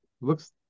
Looks